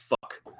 fuck